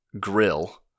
grill